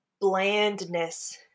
blandness